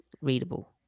readable